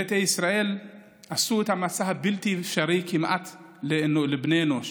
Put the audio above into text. ביתא ישראל עשו את המסע הכמעט-בלתי-אפשרי לבני אנוש